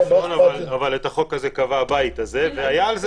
אבל את החוק הזה קבע הבית הזה והיה על זה